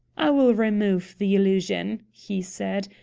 i will remove the illusion, he said,